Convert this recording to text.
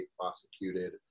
prosecuted